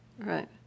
Right